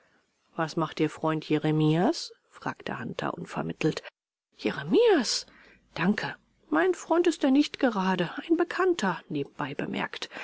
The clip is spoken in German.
was macht ihr freund jeremias fragte hunter unvermittelt jeremias danke mein freund ist er nicht gerade ein bekannter nebenbei bemerkt